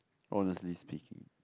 honestly speaking